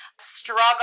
struggle